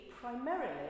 primarily